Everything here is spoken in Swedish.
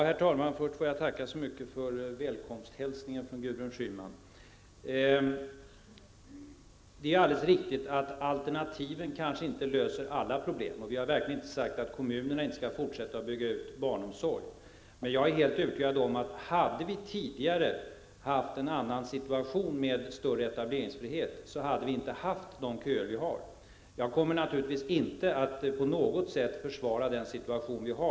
Herr talman! Först vill jag tacka så mycket för välkomsthälsningen från Gudrun Schyman. Det är alldeles riktigt att alternativen kanske inte löser alla problem. Vi har verkligen inte sagt att kommunerna inte skall fortsätta att bygga ut barnomsorgen. Jag är helt övertygad om att om vi tidigare hade haft en större etableringsfrihet, hade vi nu inte haft de köer vi har. Jag kommer naturligtvis inte att på något sätt försvara dagens situation.